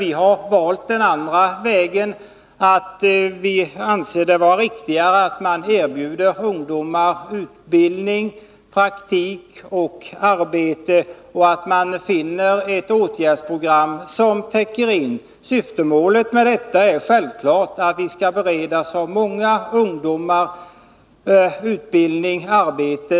Vi har valt den andra vägen och anser det riktigare att erbjuda ungdomar utbildning, praktik och arbete och att finna ett åtgärdsprogram som täcker in detta. Målet är självfallet att vi skall bereda så många ungdomar som möjligt utbildning och arbete.